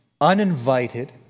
uninvited